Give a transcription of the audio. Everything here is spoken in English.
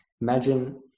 imagine